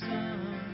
Sun